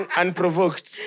unprovoked